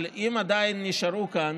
אבל אם עדיין נשארו כאן